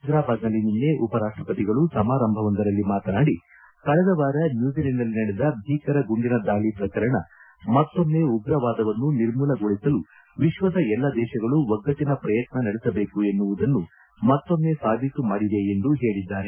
ಹೈದ್ರಾಬಾದ್ನಲ್ಲಿ ನಿನ್ನೆ ಉಪರಾಷ್ಟಪತಿಗಳು ಸಮಾರಂಭವೊಂದರಲ್ಲಿ ಮಾತನಾಡಿ ಕಳೆದ ವಾರ ನ್ಯೂಜಿಲೆಂಡ್ನಲ್ಲಿ ನಡೆದ ಭೀಕರ ಗುಂಡಿನ ದಾಳಿ ಪ್ರಕರಣ ಮತ್ತೊಮ್ಮೆ ಉಗ್ರವಾದವನ್ನು ನಿರ್ಮೂಲಗೊಳಿಸಲು ವಿಶ್ವದ ಎಲ್ಲ ದೇಶಗಳು ಒಗ್ಗಟ್ಟನ ಪ್ರಯತ್ನ ನಡೆಸಬೇಕು ಎನ್ನುವುದನ್ನು ಮತ್ತೊಮ್ಮೆ ಸಾಬೀತು ಮಾಡಿವೆ ಎಂದು ಹೇಳಿದ್ದಾರೆ